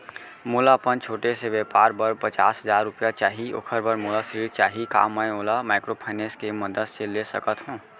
मोला अपन छोटे से व्यापार बर पचास हजार रुपिया चाही ओखर बर मोला ऋण चाही का मैं ओला माइक्रोफाइनेंस के मदद से ले सकत हो?